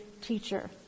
teacher